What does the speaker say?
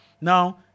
Now